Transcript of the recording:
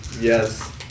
Yes